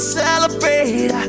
celebrate